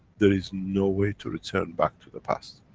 there is no way to return back to the past.